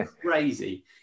crazy